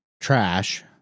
trash